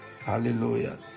hallelujah